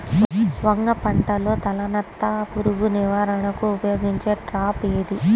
వంగ పంటలో తలనత్త పురుగు నివారణకు ఉపయోగించే ట్రాప్ ఏది?